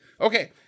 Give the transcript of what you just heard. Okay